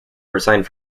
resigned